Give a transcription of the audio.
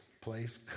place